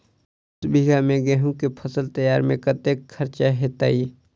दस बीघा मे गेंहूँ केँ फसल तैयार मे कतेक खर्चा हेतइ?